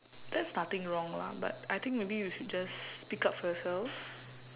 that's nothing wrong lah but I think maybe you should just speak up for yourself